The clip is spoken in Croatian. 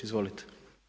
Izvolite.